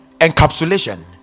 encapsulation